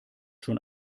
schon